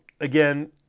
again